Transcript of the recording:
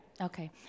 Okay